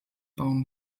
bauen